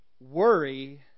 Worry